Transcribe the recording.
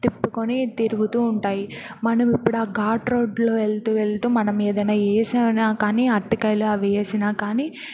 తిప్పుకుని తిరుగుతూ ఉంటాయి మనం ఇప్పుడు ఆ ఘాట్ రోడ్లో వెళ్తూ వెళ్తూ మనం ఏదైనా వేసినా కానీ అరటికాయలు అవి వేసినా కానీ